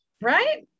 right